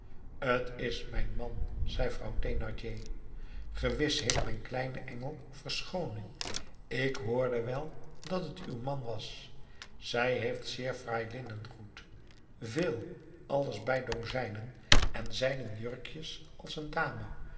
t is mijn man zei vrouw thénardier gewis heeft mijn kleine engel verschooning ik hoorde wel dat het uw man was zij heeft zeer fraai linnengoed veel alles bij dozijnen en zijden jurkjes als een dame